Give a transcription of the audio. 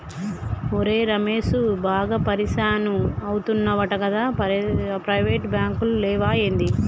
ఒరే రమేశూ, బాగా పరిషాన్ అయితున్నవటగదా, ప్రైవేటు బాంకులు లేవా ఏంది